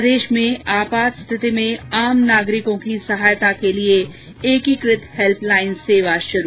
प्रदेश में आपात स्थिति में आम नागरिकों की सहायता के लिये एकीकृत हैल्पलाईन सेवा शुरू